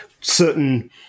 certain